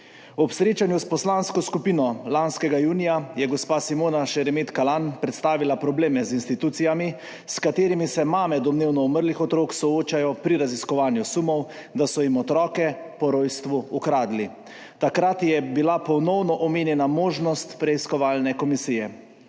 Ob srečanju s poslansko skupino lanskega junija je gospa Simona Šeremet Kalanj predstavila probleme z institucijami, s katerimi se mame domnevno umrlih otrok soočajo pri raziskovanju sumov, da so jim otroke po rojstvu ukradli. Takrat je bila ponovno omenjena možnost preiskovalne komisije.